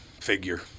Figure